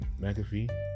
McAfee